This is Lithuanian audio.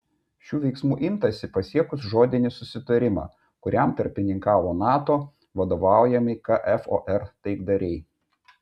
šių veiksmų imtasi pasiekus žodinį susitarimą kuriam tarpininkavo nato vadovaujami kfor taikdariai